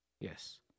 Yes